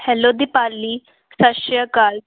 hello Deepali ਸਤਿ ਸ਼੍ਰੀ ਅਕਾਲ